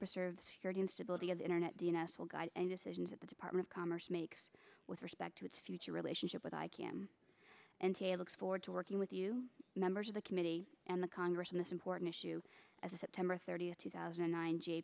and stability of the internet d s will guide and decisions at the department of commerce make with respect to its future relationship with like him and he looks forward to working with you members of the committee and the congress on this important issue as a september thirtieth two thousand and nine j